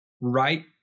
right